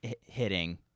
hitting